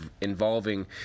involving